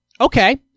Okay